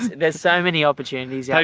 there's so many opportunities. yeah